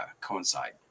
coincide